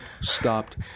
stopped